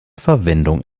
verwendung